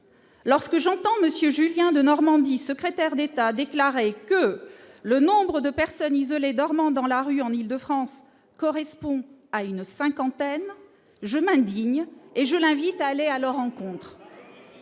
lorsque j'entends monsieur Julien Denormandie, secrétaire d'État a déclaré que le nombre de personnes isolées, dormant dans la rue en Île-de-France correspond à une cinquantaine je m'indigne et je l'invite à aller à l'eau rencontrent